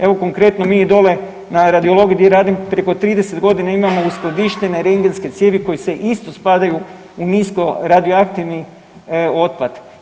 Evo konkretno mi dolje na Radiologiji gdje radim preko 30 godina imamo uskladištene rengenske cijevi koje isto spadaju u nisko radioaktivni otpad.